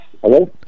hello